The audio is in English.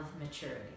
maturity